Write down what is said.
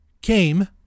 came